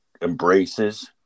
embraces